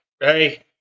Hey